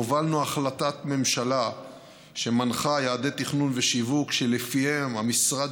הובלנו החלטת ממשלה שמנחה יעדי תכנון ושיווק שלפיהם המשרד